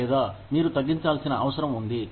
లేదా మీరు తగ్గించాల్సిన అవసరం ఉంది